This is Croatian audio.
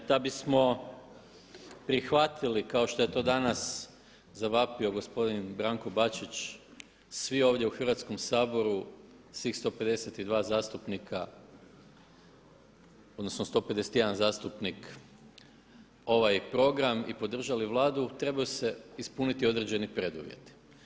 Da bismo prihvatili kao što je to danas zavapio gospodin Branko Bačić svi ovdje u Hrvatskom saboru, svih 152 zastupnika odnosno 151 zastupnik ovaj program i podržali Vladu trebaju se ispuniti određeni preduvjeti.